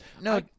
No